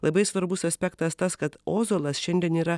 labai svarbus aspektas tas kad ozolas šiandien yra